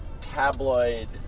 tabloid